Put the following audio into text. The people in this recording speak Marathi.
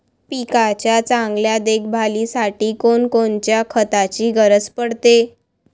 पिकाच्या चांगल्या देखभालीसाठी कोनकोनच्या खताची गरज पडते?